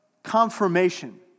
confirmation